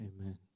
amen